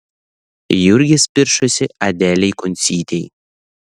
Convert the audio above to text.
jurgis piršosi adelei kuncytei